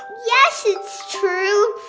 yes, it's true.